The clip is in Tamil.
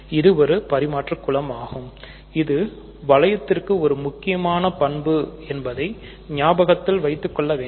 இது ஒரு பரிமாற்று குலம் ஆகும் இது வளையத்திற்கு ஒரு முக்கியமான பண்பு என்பதை ஞாபகத்தில் வைத்துக்கொள்ள வேண்டும்